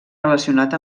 relacionat